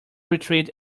retreat